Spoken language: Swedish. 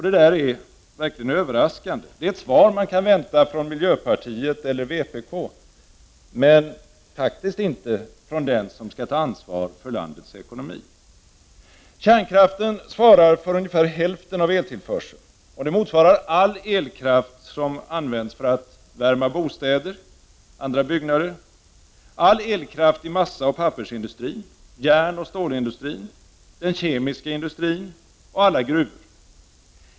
Detta är verkligen överraskande. Det är ett uttalande som man kan vänta från miljöpartiet eller vpk, men faktiskt inte från den som skall ta ansvar för landets ekonomi. Kärnkraften svarar för ungefär hälften av all eltillförsel, vilket motsvarar all elkraft som används för att värma upp bostäder och andra byggnader, all elkraft i massaoch pappersindustrin, järnoch stålindustrin, den kemiska industrin och alla gruvor.